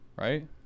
right